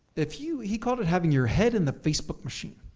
if you, he called it, having your head in the facebook machine.